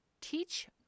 teach